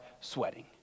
sweating